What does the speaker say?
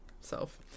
self